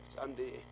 Sunday